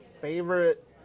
favorite